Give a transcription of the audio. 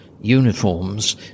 uniforms